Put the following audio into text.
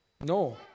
No